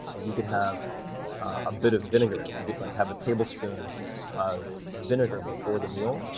you could have a bit of vinegar. you could like have a tablespoon of vinegar before the meal,